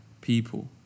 people